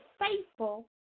faithful